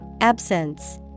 Absence